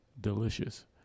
delicious